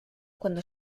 cuando